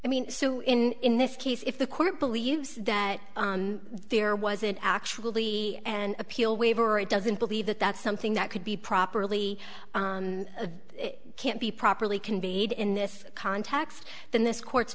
i mean so in this case if the court believes that there wasn't actually an appeal waiver it doesn't believe that that's something that could be properly it can't be properly conveyed in this context than this court